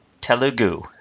Telugu